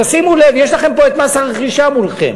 תשימו לב, יש לכם פה את מס הרכישה מולכם,